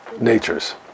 natures